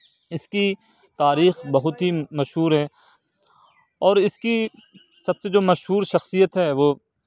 اس کی تاریخ بہت ہی مشہور ہے اور اس کی سب سے جو مشہور شخصیت ہے وہ